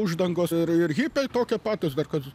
uždangos ir ir hipiai tokie patys kad